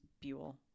Buell